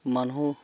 মানুহ